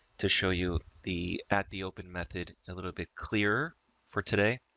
to show you the, at the open method a little bit clearer for today.